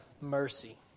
mercy